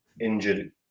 injured